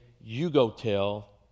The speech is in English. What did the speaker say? you-go-tell